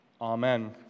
Amen